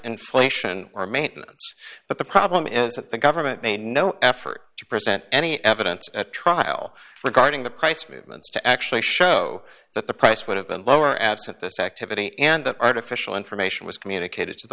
inflation or maintenance but the problem is that the government may no effort to present any evidence at trial regarding the price movements to actually show that the price would have been lower absent this activity and that artificial information was communicated to the